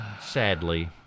sadly